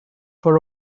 for